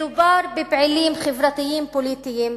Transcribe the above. מדובר בפעילים חברתיים פוליטיים,